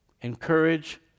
encourage